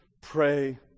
pray